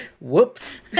Whoops